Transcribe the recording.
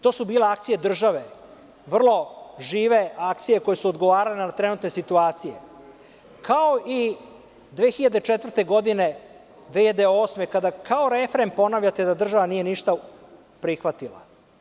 To su bile akcije države, vrlo žive akcije koje su odgovarale na trenutne situacije, kao i 2004. i 2008. godine, kada kao refren ponavljate da država nije ništa prihvatila.